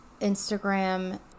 Instagram